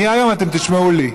מהיום אתם תשמעו לי.